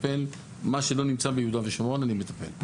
מה שלא נמצא ביהודה ושומרון אני מטפל.